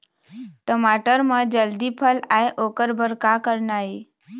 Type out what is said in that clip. टमाटर म जल्दी फल आय ओकर बर का करना ये?